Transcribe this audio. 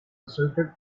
resulted